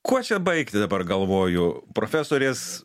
kuo čia baigti dabar galvoju profesorės